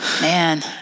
Man